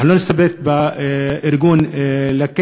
אנחנו לא נסתפק בארגון "לקט",